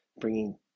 bringing